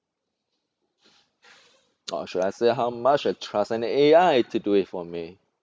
or should I say how much I trust an A_I to do it for me